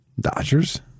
Dodgers